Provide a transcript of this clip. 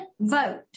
vote